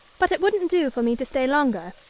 but it wouldn't do for me to stay longer.